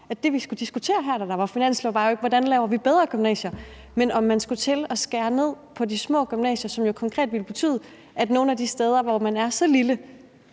at det, vi skulle diskutere her i forbindelse med finansloven, ikke var, hvordan vi laver bedre gymnasier, men om man skulle til at skære ned på de små gymnasier, hvilket jo konkret ville betyde, at man på nogle af de meget små gymnasier ville